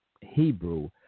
Hebrew